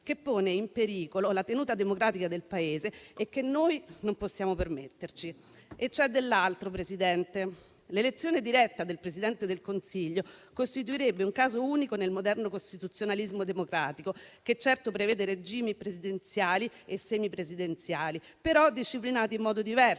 che pone in pericolo la tenuta democratica del Paese e che noi non possiamo permetterci. C'è dell'altro, però, signor Presidente. L'elezione diretta del Presidente del Consiglio costituirebbe un caso unico nel moderno costituzionalismo democratico, che certo prevede regimi presidenziali e semipresidenziali, ma disciplinati in modo diverso,